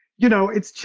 you know, it's,